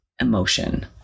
emotion